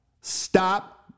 stop